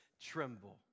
tremble